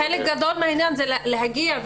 חלק גדול מהעניין הוא להגיע.